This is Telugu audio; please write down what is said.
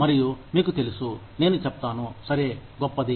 మరియు మీకు తెలుసు నేను చెప్తాను సరే గొప్పది